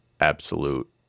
absolute